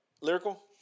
Lyrical